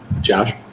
Josh